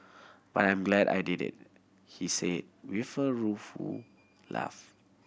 but I'm glad I did it he say with a rueful laugh